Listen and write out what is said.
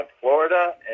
Florida